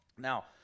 Now